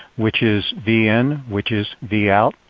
which is v in, which is v out.